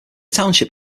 township